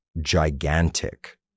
gigantic